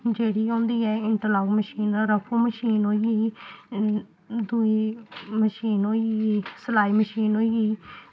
जेह्ड़ी होंदी ऐ इंट्रलाक मशीन होर आक्खो मशीन होई गेई दूई मशीन होई गेई सलाई मशीन होई गेई